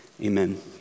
Amen